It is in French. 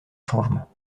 changement